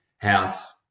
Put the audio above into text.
House